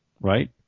Right